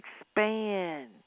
expand